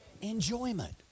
enjoyment